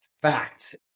fact